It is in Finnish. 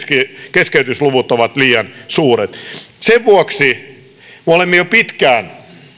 keskeytysluvut ovat liian suuret sen vuoksi me olemme jo pitkään